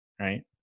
right